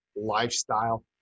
lifestyle